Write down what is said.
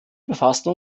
befassen